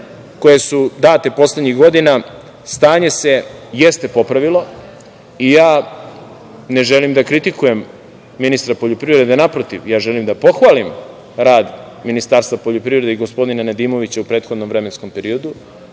koje su date poslednjih godina, stanje se jeste popravilo i ja ne želim da kritikujem ministra poljoprivrede, već naprotiv, želim da pohvalim rad Ministarstva poljoprivrede i gospodina Nedimovića u prethodnom vremenskom periodu,